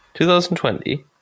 2020